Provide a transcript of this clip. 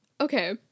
Okay